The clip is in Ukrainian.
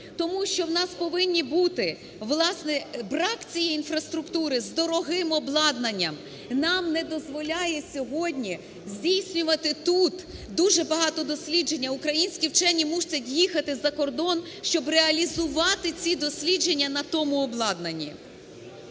Тому що у нас повинні бути… власне, брак цієї інфраструктури з дорогим обладнанням нам не дозволяє сьогодні здійснювати тут дуже багато досліджень, українські вчені мусять їхати за кордон, щоб реалізувати ці дослідження на тому обладнанні.